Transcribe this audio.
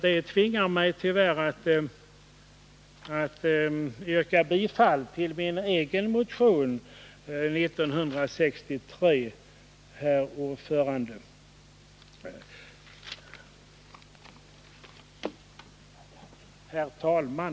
Det tvingar mig tyvärr att yrka bifall till min egen motion, nr 1963, herr talman.